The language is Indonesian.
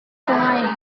sungai